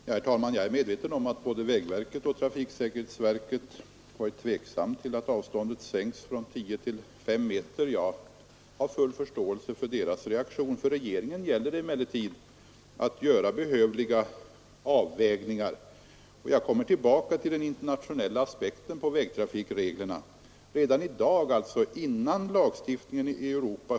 Herr talman! Jag är medveten om att både vägverket och trafiksäkerhetsverket ställt sig tveksamma till att avståndet sänkts från 10 till 5 meter, och jag har stor förståelse för deras reaktion. För regeringen gäller — Nr 44 det emellertid att göra behövliga avvägningar. Torsdagen den Jag kommer tillbaka till de internationella aspekterna på vägtrafik 15 mars 1973 reglerna.